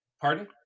Pardon